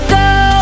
go